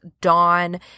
Dawn